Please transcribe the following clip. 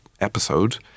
episode